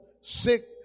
sick